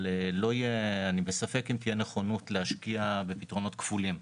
אבל אני בספק אם תהיה נכונות להשקיע בפתרונות כפולים.